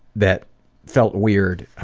that felt weird,